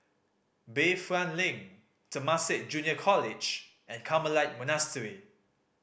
Bayfront Link Temasek Junior College and Carmelite Monastery